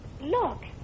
look